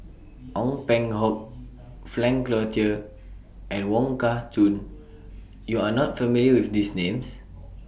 Ong Peng Hock Frank Cloutier and Wong Kah Chun YOU Are not familiar with These Names